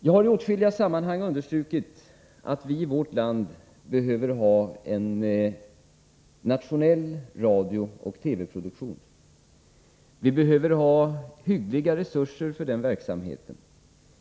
Jag har i åtskilliga sammanhang understrukit att vi i vårt land behöver ha en nationell radiooch TV produktion. Vi behöver också ha hyggliga resurser för den verksamheten.